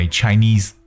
Chinese